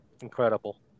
incredible